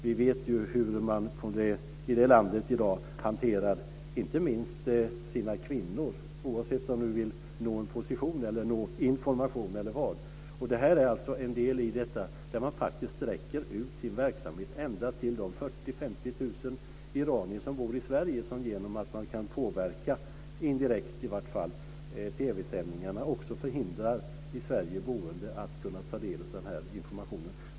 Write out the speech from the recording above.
Vi vet ju inte minst hur man i det landet i dag hanterar sina kvinnor, oavsett om de vill nå en position, information eller något annat. Det här är alltså en del i detta. Man sträcker faktiskt ut sin verksamhet ända till de 40 000-50 000 iranier som bor i Sverige genom att man kan påverka, i alla fall indirekt, TV sändningarna och också förhindra i Sverige boende att ta del av den här informationen.